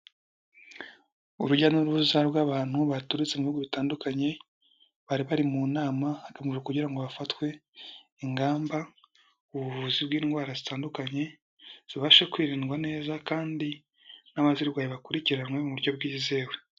Urujya n'uruza rw'abantu baturutse mu bihugu bitandukanye, bari bari mu nama, akamaro kugira ngo hafatwe, ingamba, ubuvuzi bw'indwara zitandukanye, zibashe kwirindwa neza kandi n'abazirwaye bakurikiranywe mu buryo bwizewe.